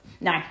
No